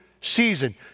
season